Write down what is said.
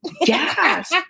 Yes